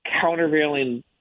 countervailing